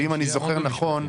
ואם אני זוכר נכון,